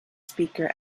speaker